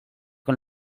con